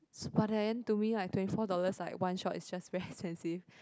s~ but then to me like twenty four dollars like one shot is just very expensive